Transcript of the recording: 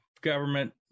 government